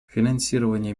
финансирование